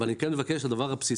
אני כן מבקש מהמדינה את הדבר הבסיסי,